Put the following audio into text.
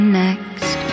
next